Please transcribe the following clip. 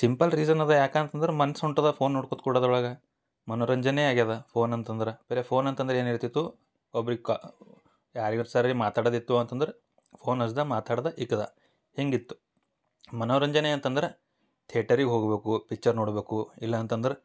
simple reason ಅದ ಯಾಕೆ ಅಂತಂದ್ರ ಮನ್ಸು ಹೊಂಟದ ಫೋನ್ ನೋಡಿ ಕೂತ್ಕೊಳ್ಳೊದ್ರ ಒಳಗೆ ಮನೋರಂಜನೆ ಆಗ್ಯದ ಫೋನ್ ಅಂತಂದ್ರ ಬೇರೆ ಫೋನ್ ಅಂತಂದರೆ ಏನು ಇರ್ತಿತ್ತು ಒಬ್ರಿಗ ಕಾ ಯಾರಿಗಾರ ಸರಿ ಮಾತಾಡೋದು ಇತ್ತು ಅಂತಂದ್ರ ಫೋನ್ ಹಚ್ದ ಮಾತಾಡ್ದ ಇಕ್ದ ಹಿಂಗ ಇತ್ತು ಮನೋರಂಜನೆ ಅಂತಂದ್ರ ಥೇಟರಿಗ ಹೋಗಬೇಕು ಪಿಚ್ಚರ್ ನೋಡ್ಬೇಕು ಇಲ್ಲ ಅಂತಂದ್ರ